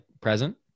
present